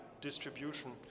distribution